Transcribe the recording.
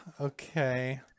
Okay